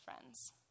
friends